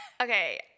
okay